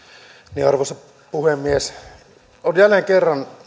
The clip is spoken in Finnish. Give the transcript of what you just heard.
arvoisa puhemies jälleen kerran